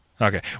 Okay